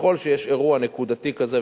ככל שיש אירוע נקודתי כזה,